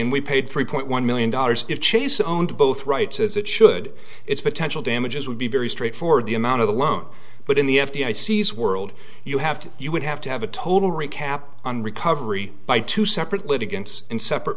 and we paid three point one million dollars chase owned both rights as it should its potential damages would be very straightforward the amount of the loan but in the f b i sees world you have to you would have to have a total recap on recovery by two separate litigants in separate